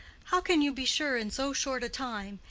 how can you be sure in so short a time?